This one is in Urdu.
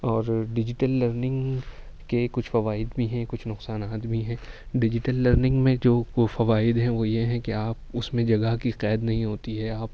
اور ڈیجیٹل لرننگ کے کچھ فوائد بھی ہیں کچھ نقصانات بھی ہیں ڈیجیٹل لرننگ میں جو فوائد ہیں وہ یہ ہے کہ آپ اس میں جگہ کی قید نہیں ہوتی ہے